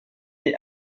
est